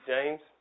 James